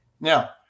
Now